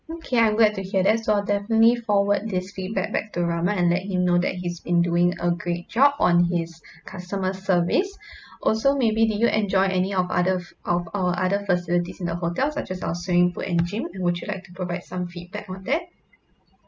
okay I'm glad to hear that so I'll definitely forward this feedback back to rahman and let him know that he's been doing a great job on his customer service also maybe did you enjoy any of other of our other facilities in the hotel such as our swimming pool and gym would you like to provide some feedback on that